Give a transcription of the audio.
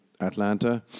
Atlanta